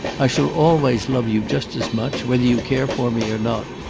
i shall always love you just as much, whether you care for me or not,